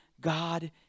God